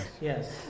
yes